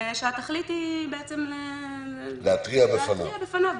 שהתכלית היא בעצם להתריע בפניו.